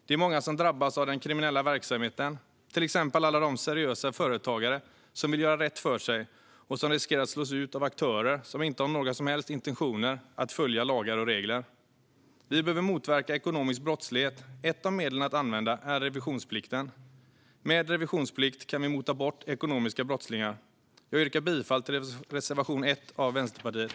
Det är många som drabbas av den kriminella verksamheten, till exempel alla de seriösa företagare som vill göra rätt för sig men som riskerar att slås ut av aktörer som inte har några som helst intentioner att följa lagar och regler. Vi behöver motverka ekonomisk brottslighet. Ett av medlen vi kan använda är revisionsplikten. Med revisionsplikt kan vi mota bort ekonomiska brottslingar. Jag yrkar bifall till reservation 1 av Vänsterpartiet.